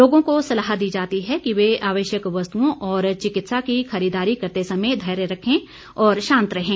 लोगों को सलाह दी जाती है कि वे आवश्यक वस्तुओं और चिकित्सा की खरीददारी करते समय धैर्य रखें और शांत रहें